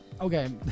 okay